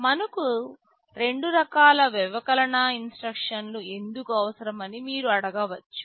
మనకు రెండు రకాల వ్యవకలన ఇన్స్ట్రక్షన్లు ఎందుకు అవసరమని మీరు అడగవచ్చు